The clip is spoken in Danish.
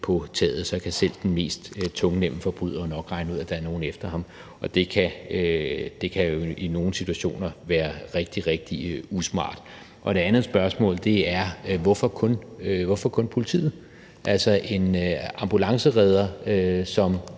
på taget, kan selv den mest tungnemme forbryder nok regne ud, at der er nogen efter ham, og det kan jo i nogle situationer være rigtig, rigtig usmart. Og det andet spørgsmål er: Hvorfor gælder det kun for politiet? Altså, en ambulanceredder, som